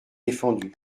défendu